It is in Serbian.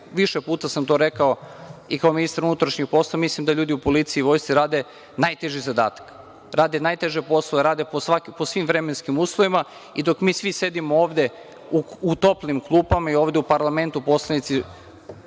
Više puta sam to rekao i kao ministar unutrašnjih poslova. Mislim da ljudi u policiji i vojsci rade najteži zadatak. Rade najteže poslove, rade po svim vremenskim uslovima i dok mi svi sedimo ovde u toplim klupama i u parlamentu poslanici